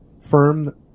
firm